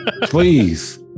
please